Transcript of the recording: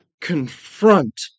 confront